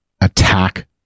attack